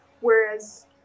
Whereas